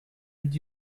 did